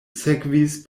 sekvis